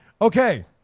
Okay